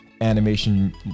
animation